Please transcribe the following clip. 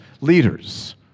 leaders